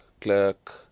clerk